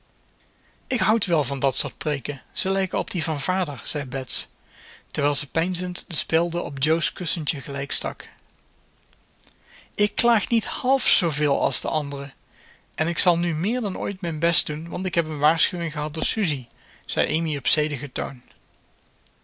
ik houd wel van dat soort van preeken ze lijken op die van vader zei bets terwijl ze peinzend de spelden op jo's kussentje gelijk stak ik klaag niet half zooveel als de anderen en ik zal nu meer dan ooit mijn best doen want ik heb een waarschuwing gehad door susie zei amy op zedigen toon